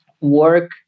work